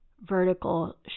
vertical